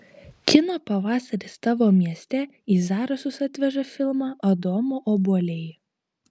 kino pavasaris tavo mieste į zarasus atveža filmą adomo obuoliai